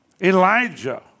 Elijah